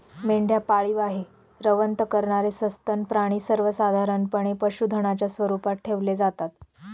मेंढ्या पाळीव आहे, रवंथ करणारे सस्तन प्राणी सर्वसाधारणपणे पशुधनाच्या स्वरूपात ठेवले जातात